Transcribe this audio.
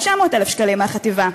900,000 שקלים מהחטיבה.